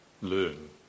learn